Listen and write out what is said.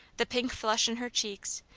the pink flush in her cheeks,